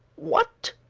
what?